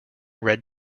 red